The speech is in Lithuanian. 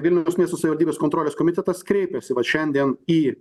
vilniaus miesto savivaldybės kontrolės komitetas kreipėsi va šiandien į